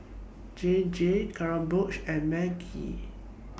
J J Kronenbourg and Maggi